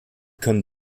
können